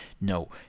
No